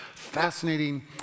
fascinating